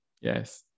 Yes